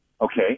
Okay